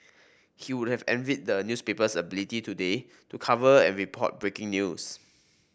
he would have envied the newspaper's ability today to cover and report breaking news